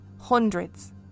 Hundreds